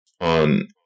on